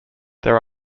there